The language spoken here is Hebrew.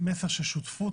מסר של שותפות,